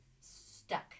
stuck